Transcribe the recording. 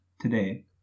today